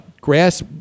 grass